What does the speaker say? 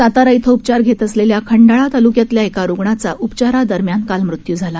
सातारा इथं उपचार घेत असलेल्या खंडाळा तालुक्यातल्या एका रुग्णाचा उपचारा दरम्यान काल मृत्यु झाला